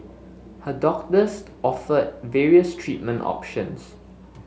her doctors offered various treatment options